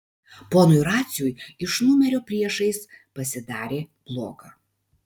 ponui raciui iš numerio priešais pasidarė bloga